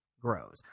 grows